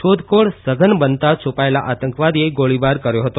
શોધ ખોળ સઘન બનતા છુપાયેલા આતંકવાદીએ ગોળીબાર કર્યો હતો